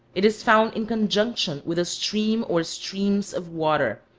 it is found in conjunction with a stream or streams of water,